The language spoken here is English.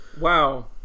Wow